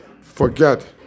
forget